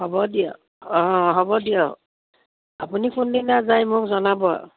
হ'ব দিয়ক অঁ হ'ব দিয়ক আপুনি কোনদিনা যায় মোক জনাব